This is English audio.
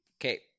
Okay